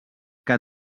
que